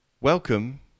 Welcome